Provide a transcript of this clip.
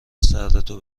سردتو